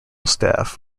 staff